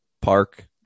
park